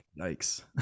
Yikes